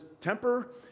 temper